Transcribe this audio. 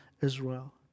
Israel